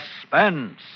Suspense